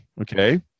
Okay